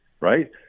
right